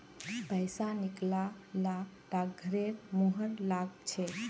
पैसा निकला ल डाकघरेर मुहर लाग छेक